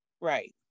right